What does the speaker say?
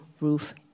roof